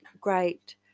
great